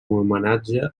homenatge